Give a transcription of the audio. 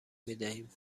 میدهیم